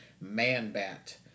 Man-Bat